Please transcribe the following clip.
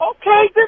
okay